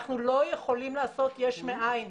אנחנו לא יכולים לעשות יש מאין,